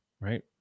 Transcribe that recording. right